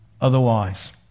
Otherwise